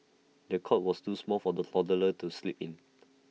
the cot was too small for the toddler to sleep in